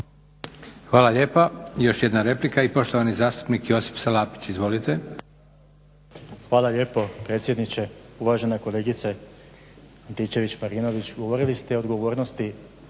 Hvala lijepa. Još jedna replika i poštovani zastupnik Josip Salapić. Izvolite. **Salapić, Josip (HDSSB)** Hvala lijepo predsjedniče. Uvažena kolegice Antičević-Marinović, govorili ste o odgovornosti